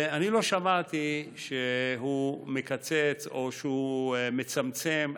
ואני לא שמעתי שהוא מקצץ או שהוא מצמצם.